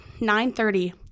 9.30